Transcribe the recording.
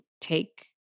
take